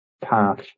path